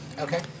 Okay